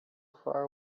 far